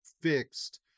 fixed